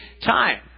time